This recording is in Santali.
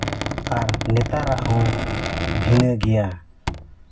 ᱟᱨ ᱱᱮᱛᱟᱨᱟᱜ ᱦᱚᱸ ᱵᱷᱤᱱᱟᱹ ᱜᱮᱭᱟ